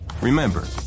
Remember